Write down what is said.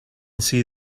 see